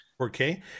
4k